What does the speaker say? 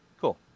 Cool